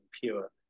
pure